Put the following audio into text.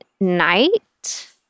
night